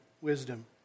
wisdom